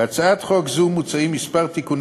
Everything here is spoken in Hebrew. בהצעת חוק זו מוצעים כמה תיקונים